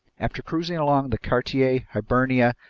after cruising along the cartier, hibernia,